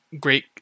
Great